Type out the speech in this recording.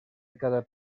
cada